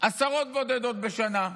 עשרות בודדות בשנה.